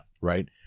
Right